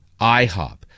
IHOP